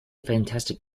fantastic